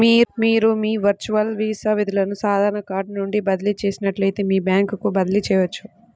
మీరు మీ virtual Visa నిధులను సాధారణ కార్డ్ నుండి బదిలీ చేసినట్లే మీ బ్యాంకుకు బదిలీ చేయవచ్చు